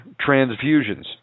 transfusions